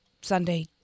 Sunday